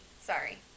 Sorry